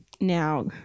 Now